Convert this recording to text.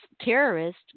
terrorist